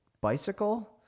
bicycle